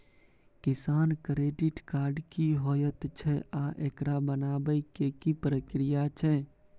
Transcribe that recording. किसान credit card की होयत छै आ एकरा बनाबै के की प्रक्रिया छै?